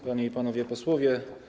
Panie i Panowie Posłowie!